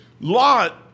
Lot